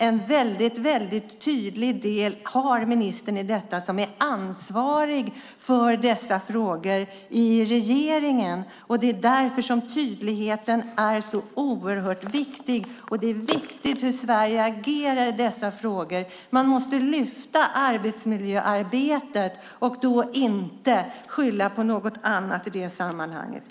En tydlig del har dock ministern i detta som ansvarig för dessa frågor i regeringen. Därför är tydligheten viktig. Det är viktigt hur Sverige agerar i dessa frågor. Man måste lyfta upp arbetsmiljöarbetet och inte skylla på något annat.